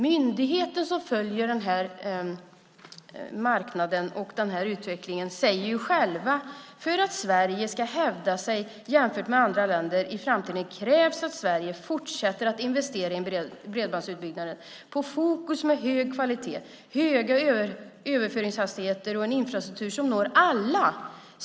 Myndigheten som följer den här marknaden och den här utvecklingen säger ju själv att för att Sverige ska hävda sig jämfört med andra länder i framtiden krävs att Sverige fortsätter att investera i en bredbandsutbyggnad med fokus på hög kvalitet, höga överföringshastigheter och en infrastruktur som når alla.